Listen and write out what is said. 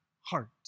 heart